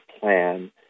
plan